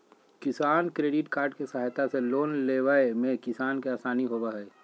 किसान credit card के सहायता से लोन लेवय मे किसान के आसानी होबय हय